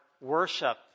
worship